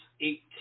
eight